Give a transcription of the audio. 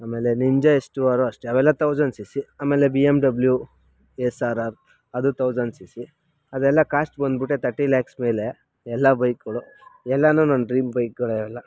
ಆಮೇಲೆ ninja H two ಆರು ಅಷ್ಟೇ ಅವೆಲ್ಲ ತೌಸಂಡ್ ಸಿ ಸಿ ಆಮೇಲೆ B M W S R R ಅದು ತೌಸಂಡ್ ಸಿ ಸಿ ಅದೆಲ್ಲ ಕಾಸ್ಟ್ ಬಂದ್ಬಿಟ್ಟೆ ತರ್ಟಿ ಲ್ಯಾಕ್ಸ್ ಮೇಲೆ ಎಲ್ಲ ಬೈಕ್ಗಳು ಎಲ್ಲಾನು ನನ್ನ ಡ್ರೀಮ್ ಬೈಕ್ಗಳೇ ಅವೆಲ್ಲ